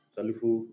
Salifu